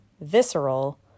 visceral